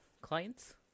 clients